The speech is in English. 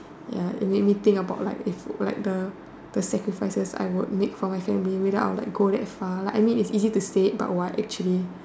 ya it made me think about like if would like the the sacrifices I would make for my family whether I would like go that far like I mean it's easy to say it but would I actually